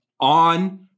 on